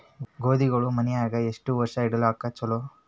ಗೋಧಿಗಳು ಮನ್ಯಾಗ ಎಷ್ಟು ವರ್ಷ ಇಡಲಾಕ ಚಲೋ?